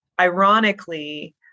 ironically